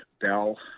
Bell